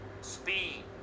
Speed